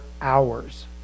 hours